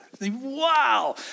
Wow